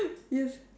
yes